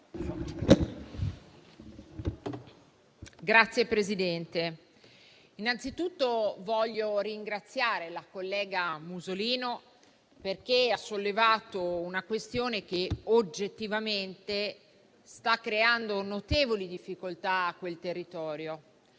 Signor Presidente, innanzi tutto voglio ringraziare la collega Musolino, perché ha sollevato una questione che oggettivamente sta creando notevoli difficoltà a quel territorio;